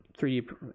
3d